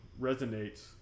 resonates